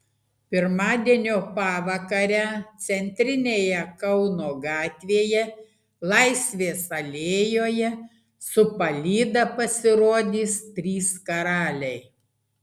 pirmadienio pavakarę centrinėje kauno gatvėje laisvės alėjoje su palyda pasirodys trys karaliai